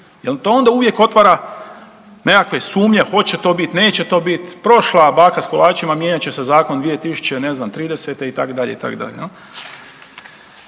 to onda uvijek otvara nekakve sumnje, hoće to bit. neće to bit, prošla baka s kolačima, mijenjat će se zakon 2000. ne